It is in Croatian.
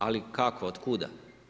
Ali kako, otkuda?